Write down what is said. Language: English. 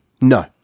No